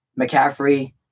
McCaffrey